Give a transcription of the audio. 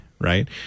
right